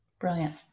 Brilliant